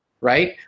Right